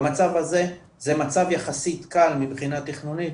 והמצב הזה זה מצב יחסית קל מבחינה תכנונית,